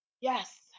Yes